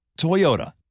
Toyota